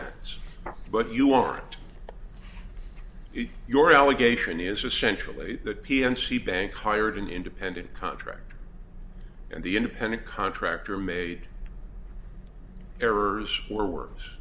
acts but you aren't your allegation is essentially that pm she bank hired an independent contractor and the independent contractor made errors or worse